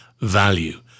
value